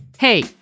Hey